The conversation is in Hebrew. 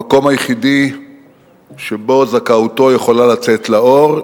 המקום היחידי שבו זכאותו יכולה לצאת לאור,